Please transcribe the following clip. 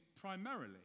primarily